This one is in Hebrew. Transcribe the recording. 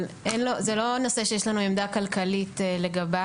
אבל זה לא נושא שיש לנו עמדה כלכלית לגביו,